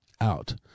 out